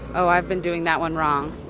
oh, i've been doing that one wrong.